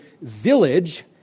village